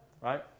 right